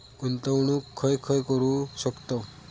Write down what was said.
गुंतवणूक खय खय करू शकतव?